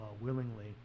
willingly